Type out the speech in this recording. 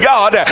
God